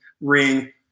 ring